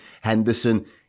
Henderson